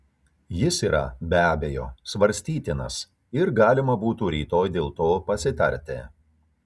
jis yra be abejo svarstytinas ir galima būtų rytoj dėl to pasitarti